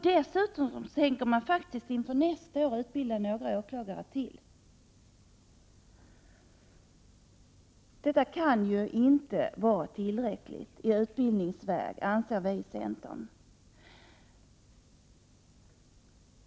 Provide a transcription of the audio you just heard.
Dessutom tänker man faktiskt utbilda några åklagare till inför nästa år. Vi i centern anser att detta inte kan vara tillräckligt i utbildningsväg.